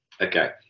Okay